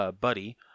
Buddy